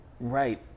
Right